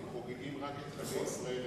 הם חוגגים רק את חגי ישראל,